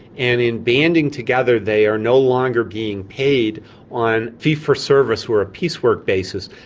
and in banding together they are no longer being paid on fee-for-service or a piecework basis,